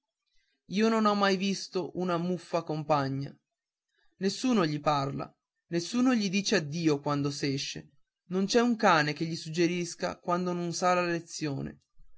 io non ho mai visto una muffa compagna nessuno gli parla nessuno gli dice addio quando s'esce non c'è un cane che gli suggerisce quando non sa la lezione